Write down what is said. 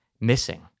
missing